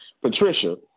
Patricia